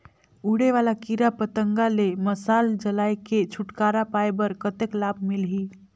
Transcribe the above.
उड़े वाला कीरा पतंगा ले मशाल जलाय के छुटकारा पाय बर कतेक लाभ मिलही?